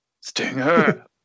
Stinger